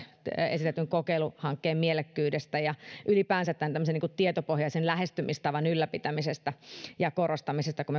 esitetyn kokeiluhankkeen mielekkyydestä ja ylipäänsä tämmöisen tietopohjaisen lähestymistavan ylläpitämisestä ja korostamisesta kun